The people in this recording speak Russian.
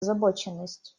озабоченность